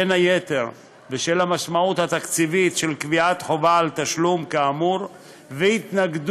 בין היתר בשל המשמעות התקציבית של קביעת חובה על תשלום כאמור והתנגדות